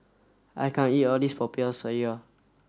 I can't eat all of this Popiah Sayur